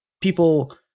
people